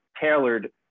tailored